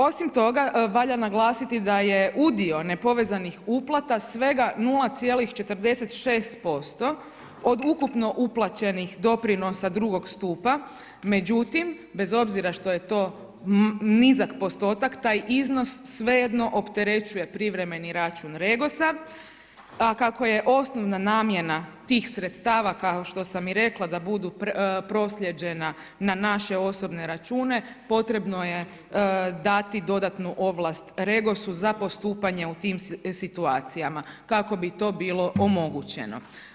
Osim toga, valja naglasiti da je udio nepovezanih uplata svega 0,46% od ukupno uplaćenih doprinosa II. stupa, međutim bez obzira što je to nizak postotak, taj iznos svejedno opterećuje privremeni računa REGOS-a, a kako je osnovna namjena tih sredstava kao što sam i rekla da budu proslijeđena na naše osobne račune, potrebno je dati dodatnu ovlast REGOS-u za postupanje u tim situacijama kako bi to bilo omogućeno.